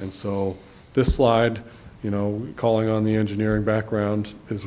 and so this slide you know calling on the engineering background is